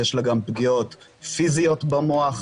יש לה גם פגיעות פיזיות במוח.